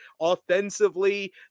offensively